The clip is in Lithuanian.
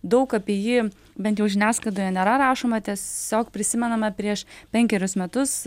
daug apie jį bent jau žiniasklaidoje nėra rašoma tiesiog prisimename prieš penkerius metus